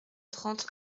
trente